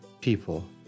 people